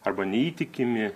arba neįtikimi